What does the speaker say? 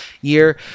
year